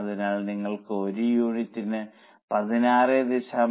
അതിനാൽ നിങ്ങൾക്ക് ഒരു യൂണിറ്റ് 16